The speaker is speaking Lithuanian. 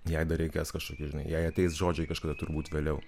jei dar reikės kažkokių žinai jei ateis žodžiai kažkada turbūt vėliau